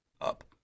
up